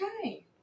Okay